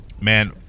Man